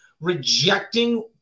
rejecting